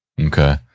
Okay